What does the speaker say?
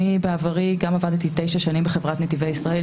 בעברי עבדתי תשע שנים בחברת נתיבי ישראל,